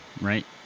right